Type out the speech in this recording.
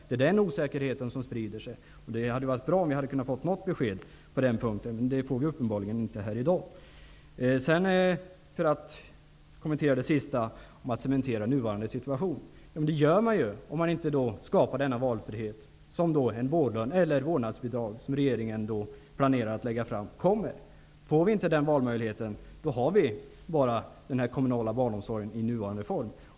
Det hade varit bra om vi hade kunnat få något besked på den punkten. Men det får vi uppenbarligen inte här i dag. För att sedan kommentera det sista om att cementera nuvarande situation, är det ju detta man gör om man inte skapar valfrihet genom en vårdlön eller ett vårdnadsbidrag, som regeringen planerar att lägga fram. Får vi inte den valmöjligheten, då har vi bara den kommunala barnomsorgen i nuvarande form.